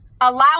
allow